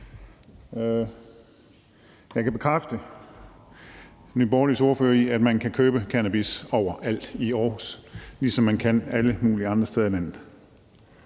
Jeg kan bekræfte Nye Borgerliges ordfører i, at man kan købe cannabis overalt i Aarhus, ligesom man kan det alle mulige andre steder i landet.